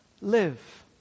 live